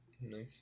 Nice